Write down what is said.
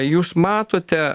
jūs matote